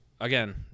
again